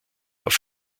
auf